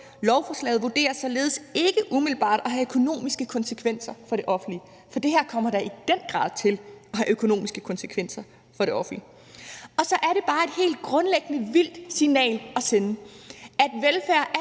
lovforslaget vurderes ikke umiddelbart at have økonomiske konsekvenser for det offentlige, for det her kommer da i den grad til at have økonomiske konsekvenser for det offentlige. Så det er bare et helt grundlæggende vildt signal at sende, at velfærd